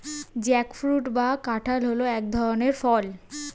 jackfruit বা কাঁঠাল হল এক ধরনের ফল